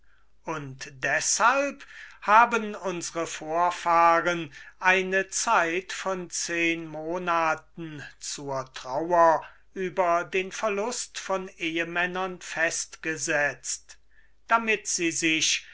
und deshalb haben unsre vorfahren eine zeit von zehn monaten zur trauer über den verlust von ehemännern festgesetzt damit sie sich